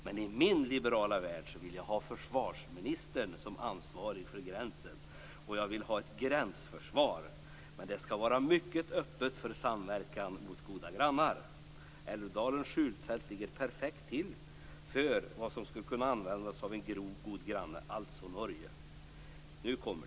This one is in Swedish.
Men i min liberala värld vill jag ha försvarsministern som ansvarig för gränsen. Jag vill ha ett gränsförsvar, men det skall vara mycket öppet för samverkan med goda grannar. Älvdalens skjutfält ligger perfekt till för att kunna användas av en god granne, nämligen Norge.